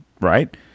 right